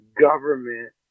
government